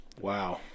wow